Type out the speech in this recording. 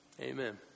Amen